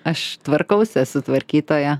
aš tvarkausi esu tvarkytoja